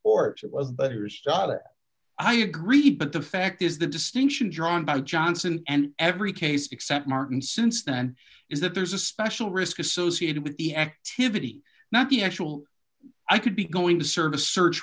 butters i agree but the fact is the distinction drawn by johnson and every case except martin since then is that there's a special risk associated with the activity not the actual i could be going to serve a search